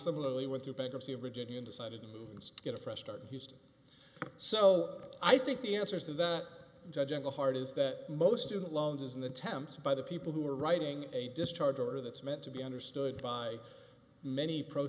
similarly went through bankruptcy of virginia and decided to move and get a fresh start houston so i think the answer to that judging the heart is that most student loans is an attempt by the people who are writing a discharge order that's meant to be understood by many pro